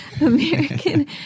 American